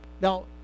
Now